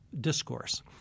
discourse